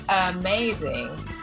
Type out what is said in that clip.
amazing